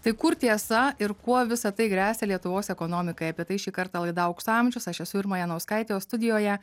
tai kur tiesa ir kuo visa tai gresia lietuvos ekonomikai apie tai šį kartą laida aukso amžius aš esu irma janauskaitė o studijoje